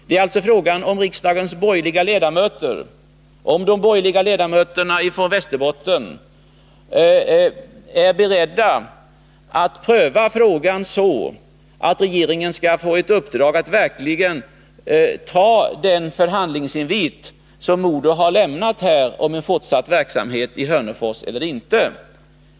Det är alltså fråga om huruvida de borgerliga ledamöterna från Västerbotten är beredda att pröva frågan så, att regeringen skall få ett uppdrag att verkligen ta upp den förhandlingsinvit som MoDo här har lämnat om en fortsatt verksamhet i Hörnefors.